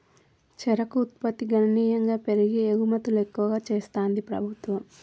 చెరుకు ఉత్పత్తి గణనీయంగా పెరిగి ఎగుమతులు ఎక్కువ చెస్తాంది ప్రభుత్వం